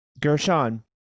Gershon